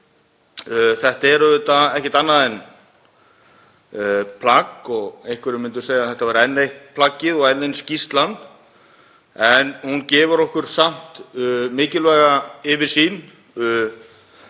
Þetta er auðvitað ekkert annað en plagg og einhverjir myndu segja að þetta væri enn eitt plaggið og enn ein skýrslan en hún gefur okkur samt mikilvæga yfirsýn.